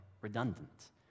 redundant